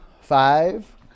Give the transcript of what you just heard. five